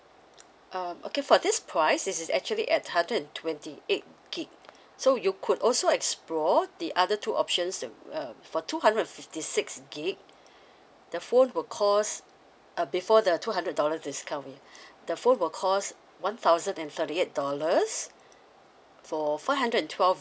um okay for this price it is actually at hundred and twenty eight gig so you could also explore the other two options uh for two hundred and fifty six gig the phone will cost uh before the two hundred dollar discount the phone will cost one thousand and thirty eight dollars for five hundred and twelve